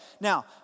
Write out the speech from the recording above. Now